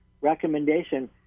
recommendation